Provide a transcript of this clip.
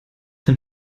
dann